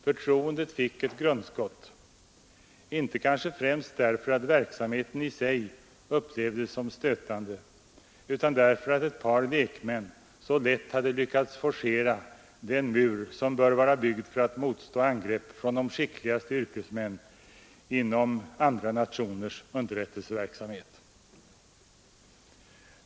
Förtroendet fick ett grundskott, kanske inte främst därför att verksamheten i sig upplevdes som stötande utan därför att ett par lekmän så lätt hade lyckats forcera den mur som bör vara byggd för att motstå angrepp från de skickligaste yrkesmän inom andra nationers underrättelseverksamhet.